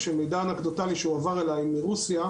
כשמידע אנקדוטי שהועבר אלי מרוסיה,